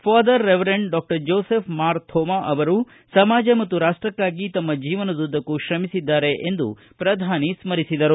father reverend doctor Joseph Mar Thoma ಅವರು ಸಮಾಜ ಮತ್ತು ರಾಷ್ಟಕ್ಕಾಗಿ ಶಮ್ಮ ಜೀವನದುದ್ದಕ್ಕೂ ಶ್ರಮಿಸಿದ್ದಾರೆ ಎಂದು ಪ್ರಧಾನಿ ಸ್ಮರಿಸಿದರು